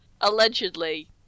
allegedly